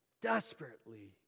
desperately